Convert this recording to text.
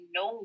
no